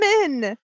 women